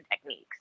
techniques